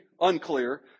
unclear